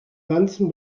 ganzen